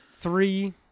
three